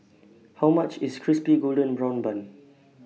How much IS Crispy Golden Brown Bun